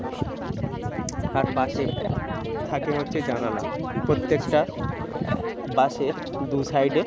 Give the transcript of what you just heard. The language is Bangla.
তার পাশে থাকে হচ্ছে জানালা প্রত্যেকটা বাসের দু সাইডে